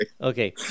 Okay